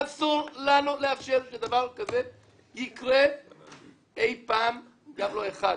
אסור לנו לאפשר שדבר כזה יקרה אי פעם, גם לא אחד.